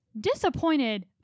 Disappointed